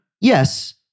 Yes